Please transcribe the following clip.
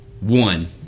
one